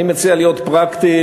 אני מציע להיות פרקטיים,